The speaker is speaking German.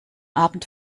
abend